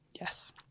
Yes